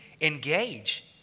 engage